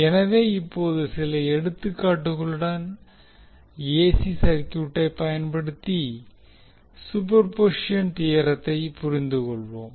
எனவே இப்போது சில எடுத்துக்காட்டுகளுடன் ஏசி சர்க்யூட்டை பயன்படுத்தி சூப்பர்பொசிஷன் தியோரத்தை புரிந்துகொள்வோம்